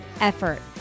effort